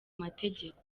mategeko